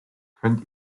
könnt